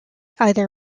either